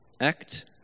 Act